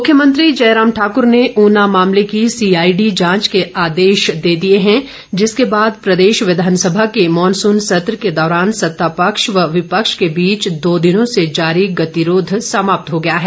विधानसभा मुख्यमंत्री जयराम ठाकूर ने ऊना मामले की सीआईडी जांच के आदेश दे दिए हैं जिसके बाद प्रदेश विधानसभा के मॉनसून सत्र के दौरान सत्ता पक्ष व विपक्ष के बीच दो दिनों जारी गतिरोध समाप्त हो गया है